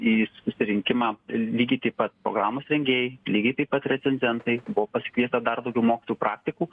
į susirinkimą lygiai taip pat programos rengėjai lygiai taip pat recenzentai buvo pasikviesta dar daugiau mokytojų praktikų